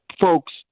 Folks